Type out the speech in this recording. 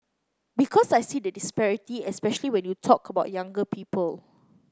because I see the disparity especially when you talk about younger people